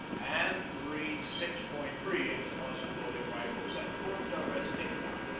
and three six point three inch muzzle-loading rifles at punta restinga,